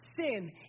sin